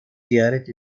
ziyaret